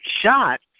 shot